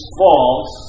false